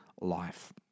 life